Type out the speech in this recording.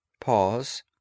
Pause